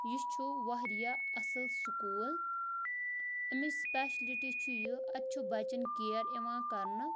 یہِ چھُ واریاہ اَصٕل سکوٗل اَمِچ سٕپیشلِٹی چھُ یہِ اَتہِ چھُ بَچَن کِیَر یِوان کَرنہٕ